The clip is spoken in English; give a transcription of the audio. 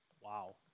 Wow